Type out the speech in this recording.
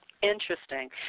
Interesting